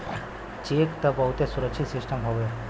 check त बहुते सुरक्षित सिस्टम हउए